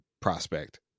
prospect